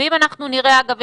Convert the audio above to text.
אגב,